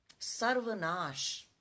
sarvanash